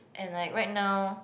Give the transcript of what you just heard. and like right now